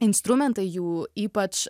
instrumentai jų ypač